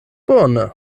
bone